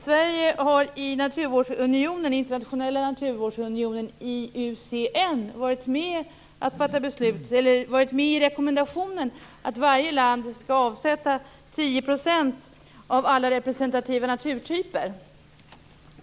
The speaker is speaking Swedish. Sverige har i den internationella naturvårdsunionen IUCN varit med om rekommendationen att varje land skall avsätta 10 % av alla representativa naturtyper.